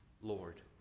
Lord